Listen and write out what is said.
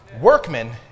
workmen